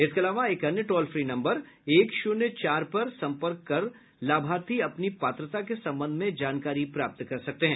इसके अलावा एक अन्य टोल फ्री नम्बर एक शून्य चार पर सम्पर्क करके लाभार्थी अपनी पात्रता के संबंध में जानकारी प्राप्त कर सकते हैं